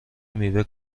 میوه